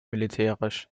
militärisch